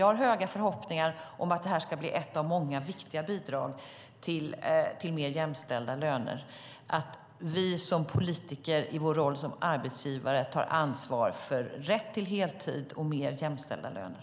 Jag har höga förhoppningar om att detta ska bli ett av många viktiga bidrag till mer jämställda löner, att vi som politiker i vår roll som arbetsgivare tar ansvar för rätt till heltid och mer jämställda löner.